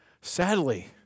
Sadly